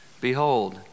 behold